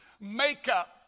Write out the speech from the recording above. makeup